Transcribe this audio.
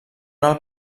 alt